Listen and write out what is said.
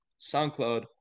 soundcloud